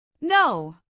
No